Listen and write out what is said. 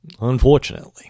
unfortunately